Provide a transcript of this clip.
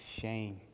shame